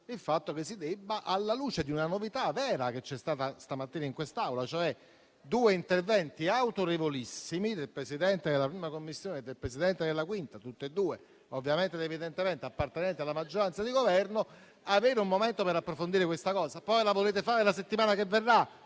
il fatto che si debba, alla luce di una novità vera che c'è stata stamattina in quest'Aula, cioè due interventi autorevolissimi del Presidente della 1a Commissione e del Presidente della 5a, entrambi evidentemente appartenenti alla maggioranza di Governo, avere un momento per approfondire questa cosa. Poi se preferite che la seduta della